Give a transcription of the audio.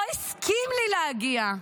לא הסכים לי להגיע.